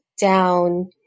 down